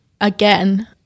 again